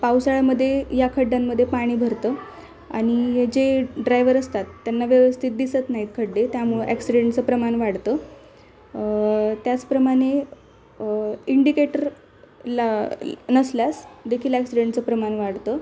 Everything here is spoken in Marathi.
पावसाळ्यामध्ये या खड्ड्यांमध्ये पाणी भरतं आणि जे ड्रायवर असतात त्यांना व्यवस्थित दिसत नाहीत खड्डे त्यामुळं ॲक्सिडेंटचं प्रमाण वाढतं त्याचप्रमाणे इंडिकेटर ला नसल्यास देखील ॲक्सिडेंटचं प्रमाण वाढतं